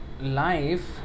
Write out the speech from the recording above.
life